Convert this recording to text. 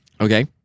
Okay